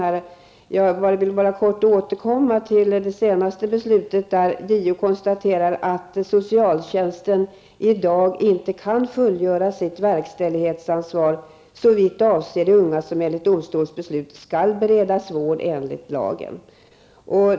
Låt mig kortfattat återkomma till det senaste beslutet där JO konstaterar att socialtjänsten i dag inte kan fullgöra sitt verkställighetsansvar såvitt avser de unga som enligt domstolsbeslut skall beredas vård enligt lagen.